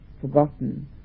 forgotten